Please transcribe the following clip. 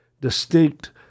distinct